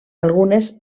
algunes